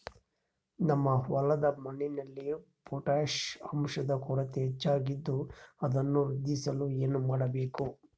ನಮ್ಮ ಹೊಲದ ಮಣ್ಣಿನಲ್ಲಿ ಪೊಟ್ಯಾಷ್ ಅಂಶದ ಕೊರತೆ ಹೆಚ್ಚಾಗಿದ್ದು ಅದನ್ನು ವೃದ್ಧಿಸಲು ಏನು ಮಾಡಬೇಕು?